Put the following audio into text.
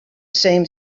same